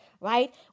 right